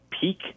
peak